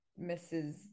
Mrs